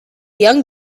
young